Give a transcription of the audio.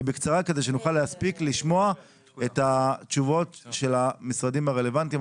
ובקצרה כדי שנוכל להספיק לשמוע את התשובות של המשרדים הרלוונטיים.